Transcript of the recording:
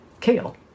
kale